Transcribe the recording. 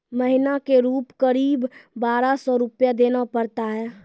महीना के रूप क़रीब बारह सौ रु देना पड़ता है?